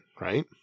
right